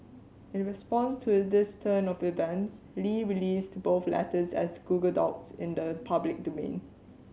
in response to this turn of events Li released both letters as Google Docs into the public domain